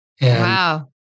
Wow